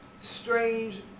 strange